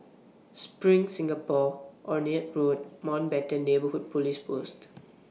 SPRING Singapore Onraet Road Mountbatten Neighbourhood Police Post